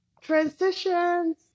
transitions